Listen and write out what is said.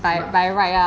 but